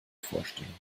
vorstellung